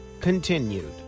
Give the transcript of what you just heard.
continued